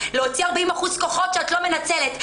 להוציא 40% כוחות שאת לא מנצלת".